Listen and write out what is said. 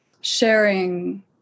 sharing